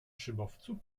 szybowcu